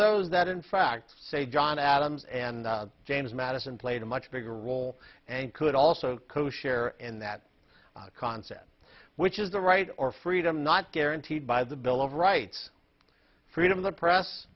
those that in fact say john adams and james madison played a much bigger role and could also koshare and that concept which is the right or freedom not guaranteed by the bill of rights freedom of the press